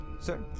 sir